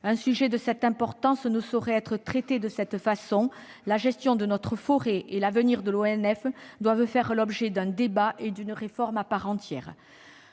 Un sujet de cette importance ne saurait être traité de cette façon. La gestion de notre forêt et l'avenir de l'ONF doivent faire l'objet d'un débat et d'une réforme à part entière.